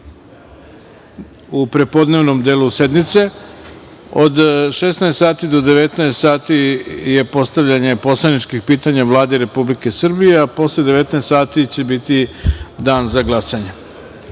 u prepodnevnom delu sednice. Od 16.00 do 19.00 sati je postavljanje poslaničkih pitanja Vladi Republike Srbije, a posle 19.00 sati će biti Dan za glasanje. Saglasno